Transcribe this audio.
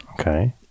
Okay